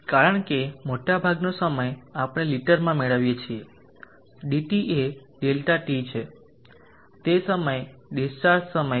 કારણ કે મોટાભાગનો સમય આપણે લીટરમાં મેળવીએ છીએ dt એ ΔT છે તે સમય ડીસ્ચાર્જ સમય છે